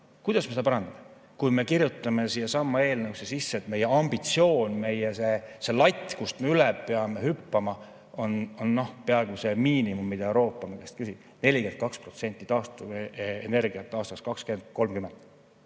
Kuidas me seda parandame, kui me kirjutame siiasamma eelnõusse sisse, et meie ambitsioon, meie latt, kust me üle peame hüppama, on peaaegu see miinimum, mida Euroopa käest küsida, 42% taastuvenergiat aastaks 2030?